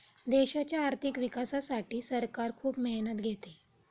देशाच्या आर्थिक विकासासाठी सरकार खूप मेहनत घेते